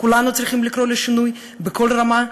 כולנו צריכים לקרוא לשינוי, בכל רמה.